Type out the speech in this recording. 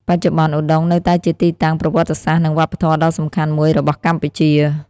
បច្ចុប្បន្ន ឧដុង្គនៅតែជាទីតាំងប្រវត្តិសាស្ត្រនិងវប្បធម៌ដ៏សំខាន់មួយរបស់កម្ពុជា។